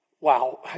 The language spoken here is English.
Wow